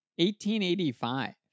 1885